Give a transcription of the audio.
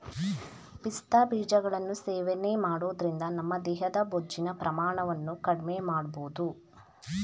ಪಿಸ್ತಾ ಬೀಜಗಳನ್ನು ಸೇವನೆ ಮಾಡೋದ್ರಿಂದ ನಮ್ಮ ದೇಹದ ಬೊಜ್ಜಿನ ಪ್ರಮಾಣವನ್ನು ಕಡ್ಮೆಮಾಡ್ಬೋದು